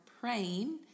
praying